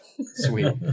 Sweet